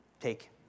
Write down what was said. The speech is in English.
take